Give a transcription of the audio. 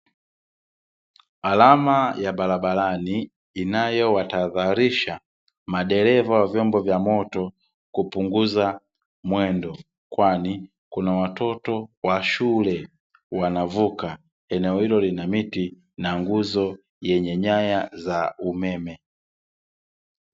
Alama ya barabarani inayowatahadharisha madereva wa vyombo vya moto kupunguza mwendo, kwani kuna watoto wa shule wanavuka. Eneo hilo lina miti na nguzo yenye nyaya za umeme.